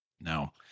Now